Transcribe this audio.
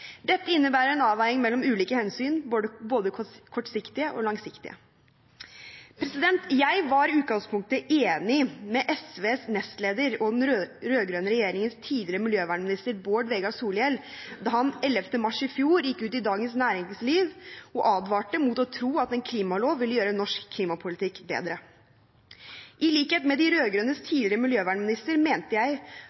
Dette innebærer en avveining mellom ulike hensyn, både kortsiktige og langsiktige. Jeg var i utgangspunktet enig med SVs nestleder og den rød-grønne regjeringens tidligere miljøvernminister Bård Vegar Solhjell da han 12. mars i fjor gikk ut i Dagens Næringsliv og advarte mot å tro at en klimalov ville gjøre norsk klimapolitikk bedre. I likhet med de rød-grønnes tidligere miljøvernminister mente jeg